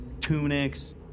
tunics